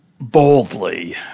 boldly